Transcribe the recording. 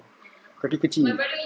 kaki kecil